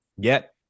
Get